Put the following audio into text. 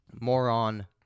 moron